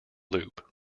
loop